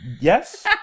Yes